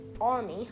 army